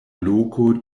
loko